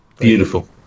beautiful